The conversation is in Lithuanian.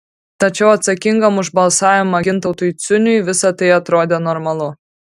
tačiau atsakingam už balsavimą gintautui ciuniui visa tai atrodė normalu